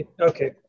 Okay